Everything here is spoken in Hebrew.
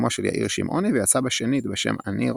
בתרגומו של יאיר שמעוני ויצא בשנית בשם אני,